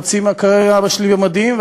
חצי מהקריירה לבשתי מדים,